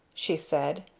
she said.